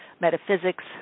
metaphysics